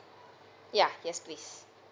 yeah yes please